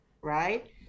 right